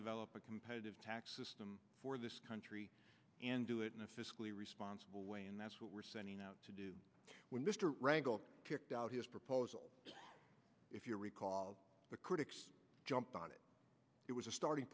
develop a competitive tax system for this country and do it in a fiscally responsible way and that's what we're setting out to do when mr rangle kicked out his proposal if you recall the critics jumped on it it was a starting